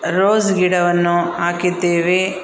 rose ಗಿಡವನ್ನು ಹಾಕಿದ್ದೀವಿ